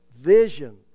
vision